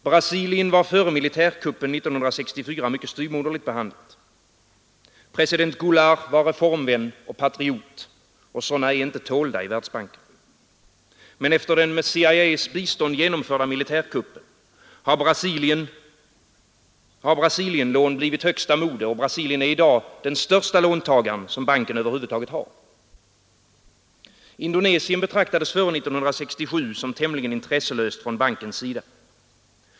Brasilien var före militärkuppen 1964 mycket styvmoderligt behandlat. President Goulart var reformvän och patriot och sådana är inte tålda i Världsbanken. Men efter den med CIA:s bistånd genomförda militärkuppen har Brasilienlån blivit högsta mode, och Brasilien är i dag den största låntagaren banken över huvud taget har. Indonesien betraktades före 1967 som tämligen intresselöst från bankens sida.